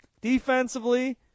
Defensively